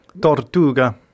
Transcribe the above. Tortuga